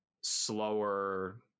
slower